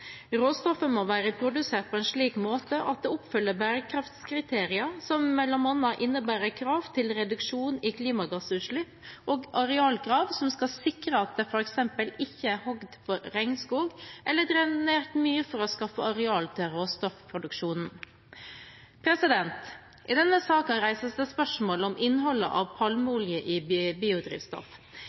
på en slik måte at det oppfyller bærekraftskriteriene, som bl.a. innebærer krav til reduksjon i klimagassutslipp og arealkrav som skal sikre at det f.eks. ikke er hogd regnskog eller drenert myr for å skaffe areal til råstoffproduksjonen. I denne saken reises det spørsmål om innholdet av palmeolje i biodrivstoff.